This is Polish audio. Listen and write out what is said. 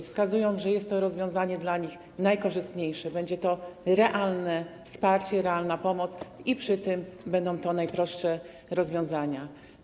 Wskazują oni, że jest to rozwiązanie dla nich najkorzystniejsze, że będzie to realne wsparcie, realna pomoc i że przy tym będą to najprostsze rozwiązania.